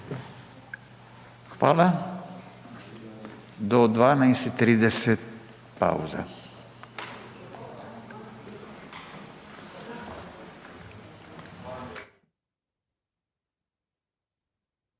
Hvala. Do 12 i 30 pauza.